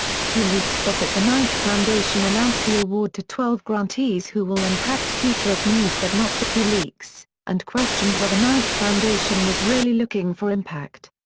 wikileaks said that the knight foundation announced the award to twelve grantees who will impact future of news but not wikileaks and questioned whether knight foundation was really looking for impact.